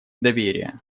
доверия